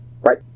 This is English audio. right